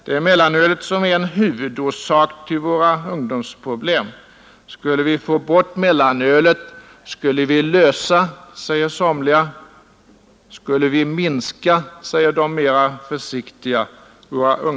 Det är mellanölet som är en huvudorsak till våra ungdomsproblem. Skulle vi få bort mellanölet, skulle vi lösa våra ungdomsproblem, säger somliga, skulle vi minska våra ungdomsproblem, säger de mera försiktiga.